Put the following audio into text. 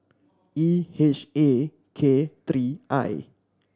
E H A K three I